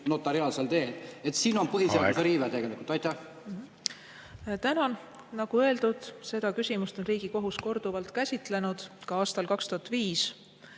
notariaalsel teel. Siin on põhiseaduse riive tegelikult. Tänan! Nagu öeldud, seda küsimust on Riigikohus korduvalt käsitlenud, ka aastal 2005.